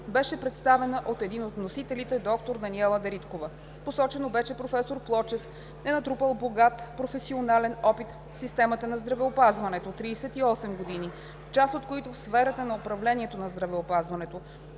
беше представена от един от вносителите – доктор Даниела Дариткова. Посочено бе, че професор Плочев е натрупал богат професионален опит в системата на здравеопазването – 38 години, част от които в сферата на управлението на здравеопазването.